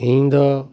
ᱤᱧ ᱫᱚ